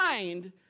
mind